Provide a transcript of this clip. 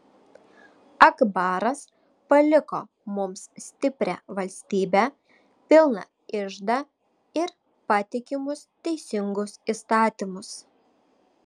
akbaras paliko mums stiprią valstybę pilną iždą ir patikimus teisingus įstatymus